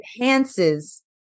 enhances